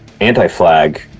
Anti-Flag